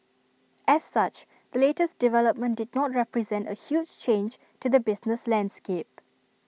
as such the latest development did not represent A huge change to the business landscape